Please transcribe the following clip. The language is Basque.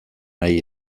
nahi